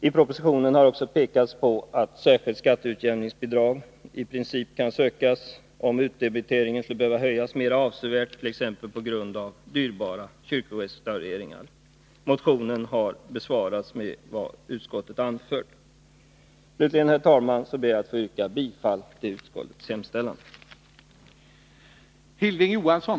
I propositionen pekas också på att särskilt skatteutjämningsbidrag i princip kan sökas om utdebiteringen skulle behöva höjas mer avsevärt, t.ex. på grund av dyrbara kyrkorestaureringar. Motionen anses besvarad med vad utskottet har anfört. Till sist ber jag, herr talman, att få yrka bifall till utskottets hemställan.